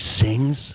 sings